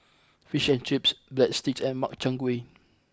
Fish and Chips Breadsticks and Makchang Gui